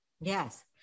Yes